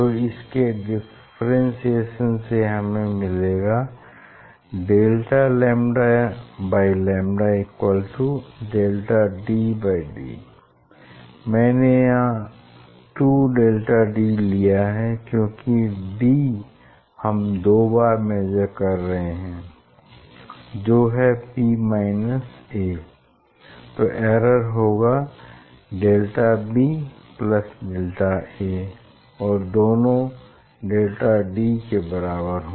तो इसके डिफ्रेंसिएशन से हमें मिलेंगा δλλ2δdd मैंने यहाँ 2δd लिया है क्योंकि d हम दो बार मेजर कर रहे हैं जो हैं b a तो एरर होगा δb δa और दोनों δd के बराबर हैं